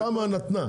התמ"א נתנה.